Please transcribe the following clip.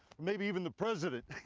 maybe even the president.